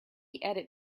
edit